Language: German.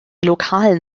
lokalen